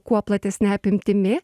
kuo platesne apimtimi